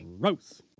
Gross